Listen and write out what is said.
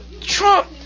Trump